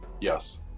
Yes